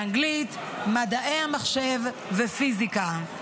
באנגלית, מדעי המחשב ופיזיקה.